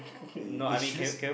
is shoes